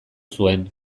zuen